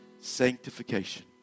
sanctification